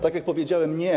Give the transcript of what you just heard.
Tak jak powiedziałem, nie.